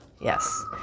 Yes